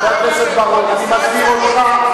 חבר הכנסת בר-און, אני מזהיר אותך.